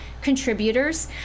contributors